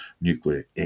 nuclear